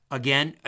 again